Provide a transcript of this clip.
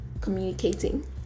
communicating